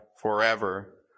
forever